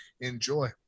enjoy